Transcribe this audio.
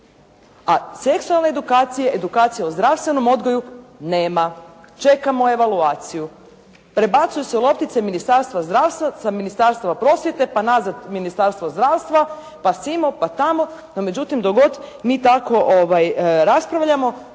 A seksualna edukacija, edukacija u zdravstvenom odgoju nema, čekamo evaluaciju. Prebacuje se loptice Ministarstva zdravstva sa Ministarstva prosvjete, pa nazad Ministarstva zdravstva pa simo, pa tamo, no međutim, dok god mi tako raspravljamo